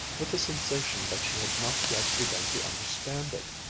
with the sensation that she had not yet begun to understand it.